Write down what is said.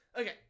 Okay